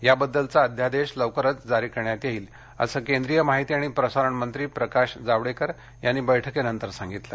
याबद्दलचा अध्यादेश लवकरच जारी करण्यात येईल असं माहिती आणि प्रसारण मंत्री प्रकाश जावडेकर यांनी बैठकीनंतर सांगितलं